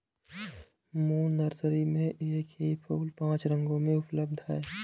moon nursery में एक ही फूल पांच रंगों में उपलब्ध है